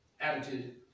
Attitude